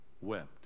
wept